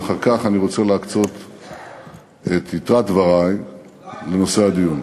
ואחר כך אני רוצה להקצות את יתרת דברי לנושא הדיון.